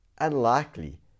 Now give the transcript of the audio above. unlikely